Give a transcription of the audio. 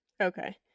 okay